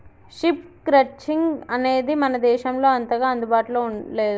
sheep crutching అనేది మన దేశంలో అంతగా అందుబాటులో లేదు